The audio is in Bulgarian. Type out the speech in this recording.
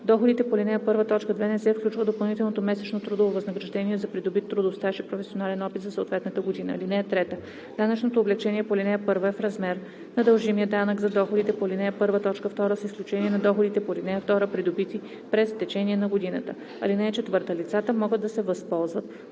доходите по ал. 1, т. 2 не се включва допълнителното месечно трудово възнаграждение за придобит трудов стаж и професионален опит за съответната година. (3) Данъчното облекчение по ал. 1 е в размер на дължимия данък за доходите по ал. 1, т. 2, с изключение на доходите по ал. 2, придобити през течение на годината. (4) Лицата могат да се възползват